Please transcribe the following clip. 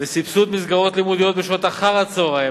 וסבסוד מסגרות לימודיות בשעות אחר-הצהריים